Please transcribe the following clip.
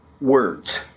words